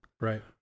right